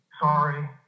Sorry